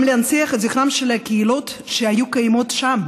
גם להנציח את זכרן של הקהילות שהיו קיימות שם,